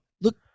Look